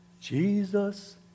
Jesus